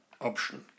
option